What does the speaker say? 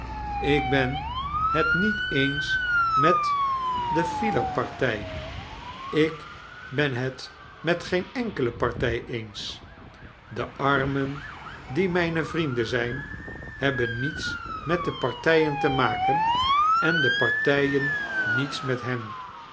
ik ben charles dickens het niet eens met de filer-partrj ik ben het met geen enkele partij eens de armen die mijne vrienden zijn hebben niets met de partijen te maken en de partijen niets met lien